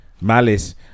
Malice